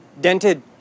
dented